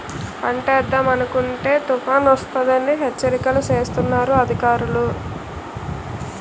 పంటేద్దామనుకుంటే తుపానొస్తదని హెచ్చరికలు సేస్తన్నారు అధికారులు